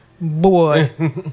boy